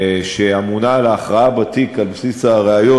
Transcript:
שאמונה על הכרעה בתיק על בסיס הראיות,